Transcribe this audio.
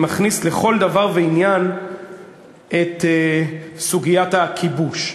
מכניס לכל דבר ועניין את סוגיית הכיבוש,